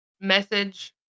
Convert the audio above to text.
Message